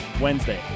Wednesday